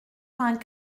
vingts